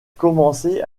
commencé